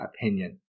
opinion